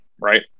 right